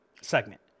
segment